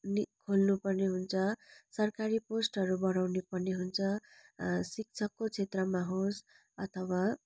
नि खोल्नु पर्ने हुन्छ सरकारी पोस्टहरू बढाउने पर्ने हुन्छ शिक्षकको क्षेत्रमा होस् अथवा